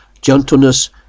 gentleness